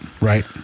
right